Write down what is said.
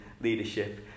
leadership